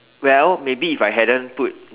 well maybe if I hadn't put